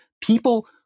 people